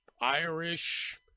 Irish—